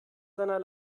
seiner